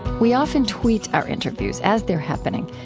we often tweet our interviews as they're happening,